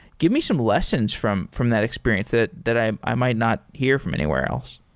give me some lessons from from that experience that that i i might not hear from anywhere else.